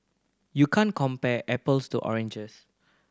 you can't compare apples to oranges